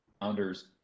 founders